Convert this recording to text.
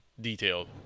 detailed